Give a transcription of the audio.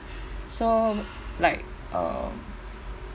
so like um